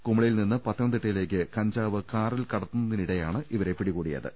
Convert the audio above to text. കൂമളിയിൽ നിന്നും പത്ത നംതിട്ടയിലേക്ക് കഞ്ചാവ് കാറിൽ കടത്തുന്നതിനിടയിലാണ് ഇവരെ പിടി കൂടിയത്